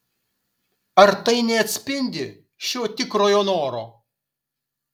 ar tai neatspindi šio tikrojo noro